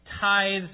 tithes